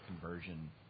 conversion